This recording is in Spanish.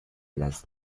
las